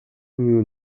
knew